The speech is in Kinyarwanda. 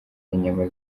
inyama